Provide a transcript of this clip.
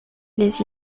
les